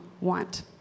want